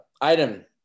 item